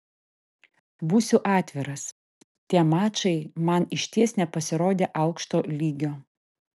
būsiu atviras tie mačai man išties nepasirodė aukšto lygio